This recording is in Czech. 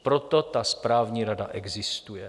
Proto ta správní rada existuje.